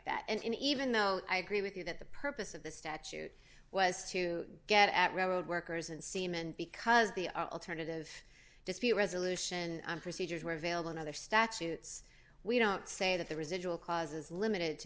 that and even though i agree with you that the purpose of the statute was to get at railroad workers and seamen because the alternative dispute resolution procedures were available in other statutes we don't say that the residual cause is limited to